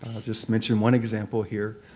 just mention one example here.